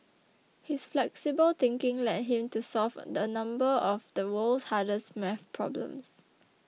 his flexible thinking led him to solve a number of the world's hardest maths problems